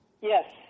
Yes